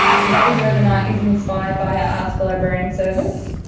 today's webinar is inspired by our ask-a-librarian service.